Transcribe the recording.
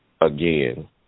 again